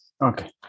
Okay